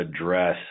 address